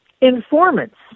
informants